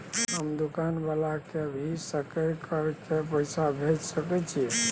हम दुकान वाला के भी सकय कर के पैसा भेज सके छीयै?